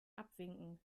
abwinken